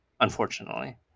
unfortunately